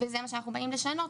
וזה מה שאנחנו באים לשנות,